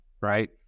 right